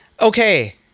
Okay